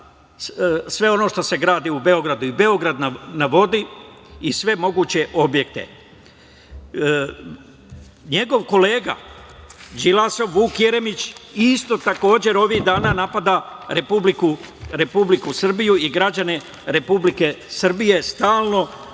sve ono što se gradi u Beogradu, i Beograd na vodi i sve moguće objekte. Njegov kolega, Đilasov, Vuk Jeremić, isto takođe ovih dana napada Republiku Srbiju i građane Republike Srbije stalno